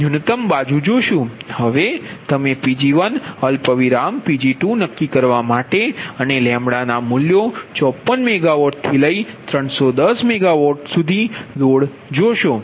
હવે તમે Pg1 Pg2 નક્કી કરવા માટે અને λના મૂલ્યો 54 MW થી લઇ 310MW લોડ સુધી છે